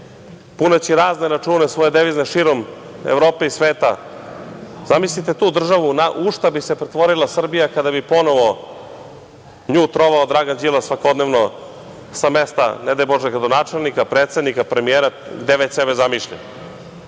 puneći razne svoje devizne račune širom Evrope i sveta? Zamislite tu državu. U šta bi se pretvorila Srbija kada bi ponovo nju trovao Dragan Đilas svakodnevno sa mesta, ne daj Bože, gradonačelnika, predsednika, premijera, gde već sebe zamišlja? Na